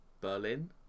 Berlin